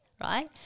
right